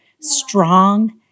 strong